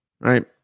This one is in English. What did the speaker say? right